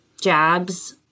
jabs